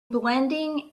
blending